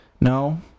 No